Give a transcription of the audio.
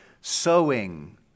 sowing